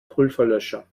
pulverlöscher